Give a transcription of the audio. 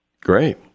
Great